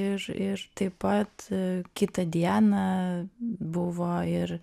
ir ir taip pat kitą dieną buvo ir